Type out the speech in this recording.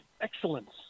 excellence